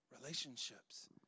relationships